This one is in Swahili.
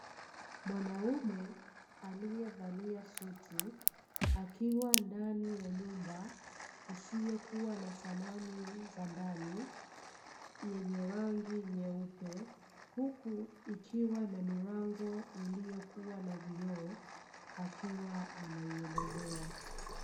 Mwanaume alievalia suti akiwa ndani ya nyumba isiyokuwa na samani za ndani yenye rangi nyeupe, huku ikiwa na milango iliyokuwa na vioo akiwa anaielezea.